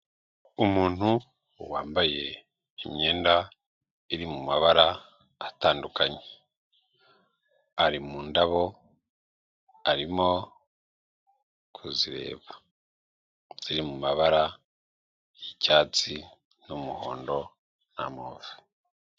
Umuntu wambaye imyenda iri mumabara atandukanye. Ari mu ndabo arimo kuzireba, ziri mumabara yicyatsi, n'umuhondo na move.